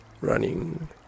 running